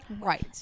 Right